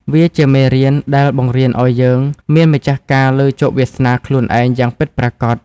វាជាមេរៀនដែលបង្រៀនឱ្យយើងមានម្ចាស់ការលើជោគវាសនាខ្លួនឯងយ៉ាងពិតប្រាកដ។